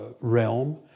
realm